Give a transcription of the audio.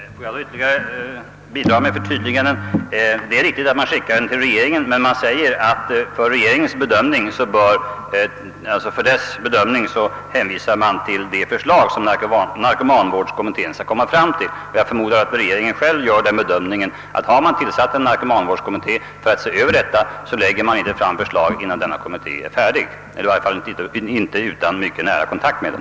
Herr talman! Får jag bidraga med ett förtydligande. Det är riktigt att man sänder frågan till regeringen, men för dess bedömning hänvisas till det förslag som narkomanvårdskommittén kommer fram till. Jag förmodar att regeringen själv anser att den inte, om det tillsatts en narkomanvårdskommitté för att överse saken, bör framlägga förslag innan kommittén är färdig — i varje fall inte utan mycket nära kontakt med den.